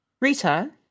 Rita